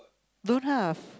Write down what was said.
don't have